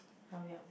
hurry up